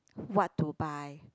what to buy